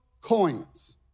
coins